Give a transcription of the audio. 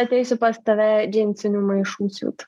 ateisiu pas tave džinsinių maišų siūt